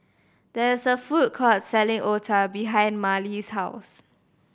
there is a food court selling otah behind Marley's house